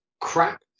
crap